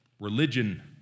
Religion